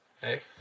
hey